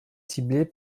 ciblées